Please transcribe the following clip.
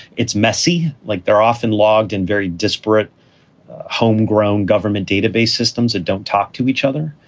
it's messy, like they're often logged in very disparate home grown government database systems that don't talk to each other,